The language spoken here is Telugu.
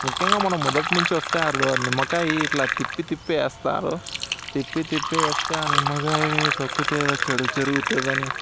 ముఖ్యంగా మనం మొదటినుంచి వస్తే ఆ రో నిమ్మకాయ ఇట్లా తిప్పి తిప్పి వేస్తారు తిప్పి తిప్పి వేస్తే ఆ నిమ్మకాయని తొక్కితే ఏదో చెడు జరుగుతుంది అని